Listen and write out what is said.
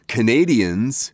Canadians